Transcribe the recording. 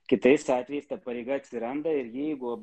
kitais atvejais ta pareiga atsiranda ir jeigu